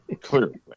Clearly